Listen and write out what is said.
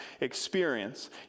experience